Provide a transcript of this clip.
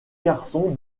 garçon